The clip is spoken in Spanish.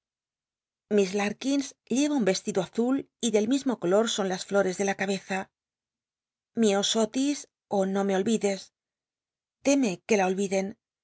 larkins lleva un y color son las iioi'cs de la cabeza miosotis ó no me olvides teme que la